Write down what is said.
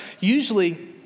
usually